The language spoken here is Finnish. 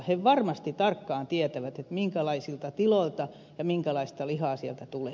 ne varmasti tarkkaan tietävät minkälaisilta tiloilta ja minkälaista lihaa sieltä tulee